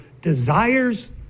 desires